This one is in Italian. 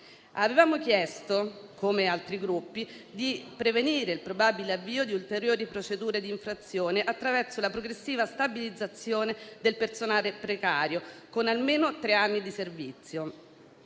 Avevamo chiesto, come altri Gruppi, di prevenire il probabile avvio di ulteriori procedure di infrazione attraverso la progressiva stabilizzazione del personale precario con almeno tre anni di servizio,